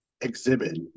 Exhibit